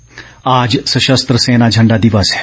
झंडा दिवस आज सशस्त्र सेना झण्डा दिवस है